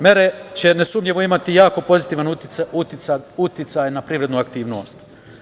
Mere će nesumnjivo imati jako pozitivan uticaj na privrednu aktivnost.